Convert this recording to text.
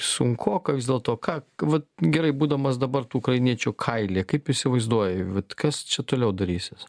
sunkoka vis dėlto ką vat gerai būdamas dabar tų ukrainiečių kailyje kaip įsivaizduoji vat kas čia toliau darysis